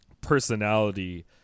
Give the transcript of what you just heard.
personality